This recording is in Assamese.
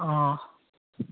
অঁ